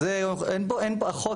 אז אין פה,